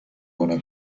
una